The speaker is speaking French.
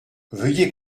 veuillez